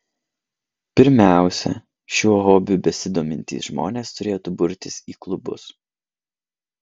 pirmiausia šiuo hobiu besidomintys žmonės turėtų burtis į klubus